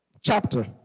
chapter